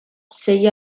sei